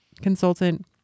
consultant